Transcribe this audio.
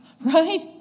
Right